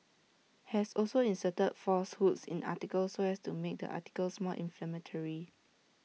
has also inserted falsehoods in articles so as to make the articles more inflammatory